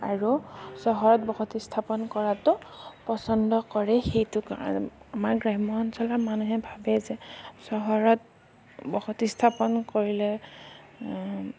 আৰু চহৰত বসতি স্থাপন কৰাটো পচন্দ কৰে সেইটো কাৰণে আমাৰ গ্ৰাম্য অঞ্চলৰ মানুহে ভাবে যে চহৰত বসতি স্থাপন কৰিলে